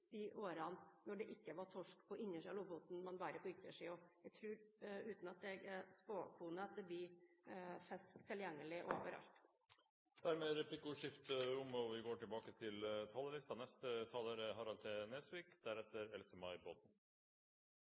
de årene da det ikke var torsk på innersiden av Lofoten, men bare på yttersiden. Jeg tror – uten at jeg er spåkone – at det blir fisk tilgjengelig overalt. Dermed er replikkordskiftet omme. Fremskrittspartiet er svært opptatt av næringslivet og